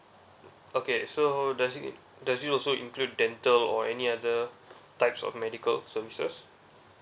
okay so does it does it also include dental or any other types of medical services